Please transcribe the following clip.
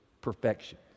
perfection